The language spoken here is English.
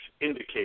indicate